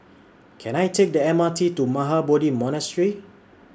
Can I Take The M R T to Mahabodhi Monastery